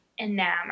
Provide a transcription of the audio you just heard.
enamored